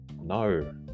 No